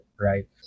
right